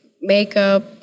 makeup